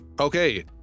Okay